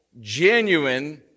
genuine